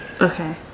Okay